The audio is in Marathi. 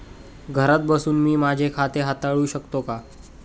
घरात बसून मी माझे खाते हाताळू शकते का?